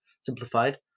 simplified